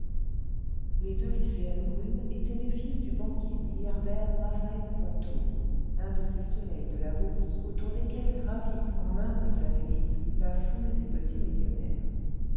les deux lycéennes brunes étaient les filles du banquier milliardaire le vingtième siècle eaphaël ponto un de ces soleils de la bourse autour desquels gravite en humbles satellites la foule des petits millionnaires